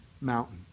mountain